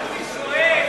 מה ששואל